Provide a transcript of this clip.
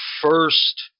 first